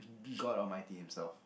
god almighty himself